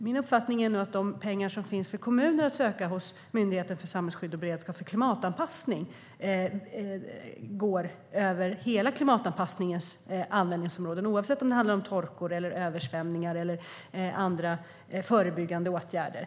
Min uppfattning är nog att de pengar som kommunerna kan söka hos Myndigheten för samhällsskydd och beredskap för klimatanpassning går över hela klimatanpassningens område, oavsett om det handlar om torka, översvämningar eller andra förebyggande åtgärder.